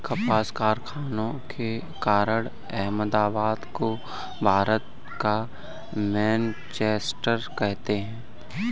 कपास कारखानों के कारण अहमदाबाद को भारत का मैनचेस्टर कहते हैं